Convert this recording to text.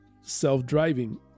self-driving